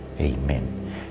Amen